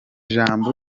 jambo